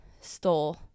stole